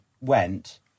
went